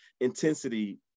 intensity